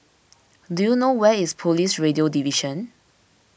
do you know where is Police Radio Division